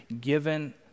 given